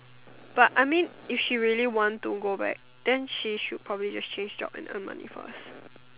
but I mean if she really want to go back then she should probably just change job and earn money for us